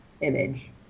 image